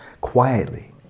quietly